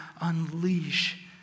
unleash